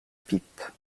pipe